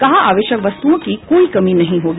कहा आवश्यक वस्तुओं की कोई कमी नहीं होगी